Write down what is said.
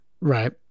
Right